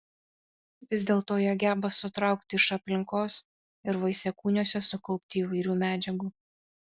vis dėlto jie geba sutraukti iš aplinkos ir vaisiakūniuose sukaupti įvairių medžiagų